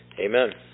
Amen